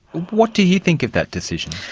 what do you think of that decision?